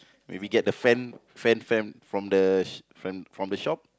maybe get the fan fan fan from the sh~ fan from the shop